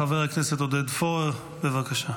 חבר הכנסת עודד פורר, בבקשה.